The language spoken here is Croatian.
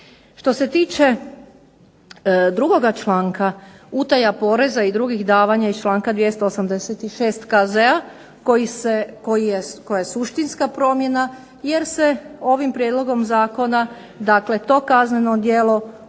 Što se tiče 2. članka, utaja poreza i drugih davanja iz članka 286. KZ-a koja je suštinska promjena jer se ovim prijedlogom zakona to kazneno djelo